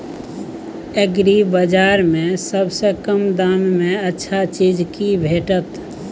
एग्रीबाजार में सबसे कम दाम में अच्छा चीज की भेटत?